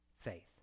faith